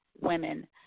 women